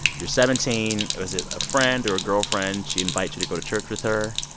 you're seventeen. was it a friend or a girlfriend? she invites you to go to church with her,